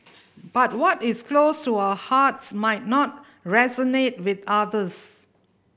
but what is close to our hearts might not resonate with others